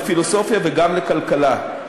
לפילוסופיה וגם לכלכלה.